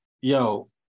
Yo